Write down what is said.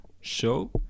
show